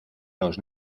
los